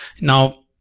Now